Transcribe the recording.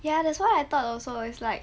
ya that's why I thought also it's like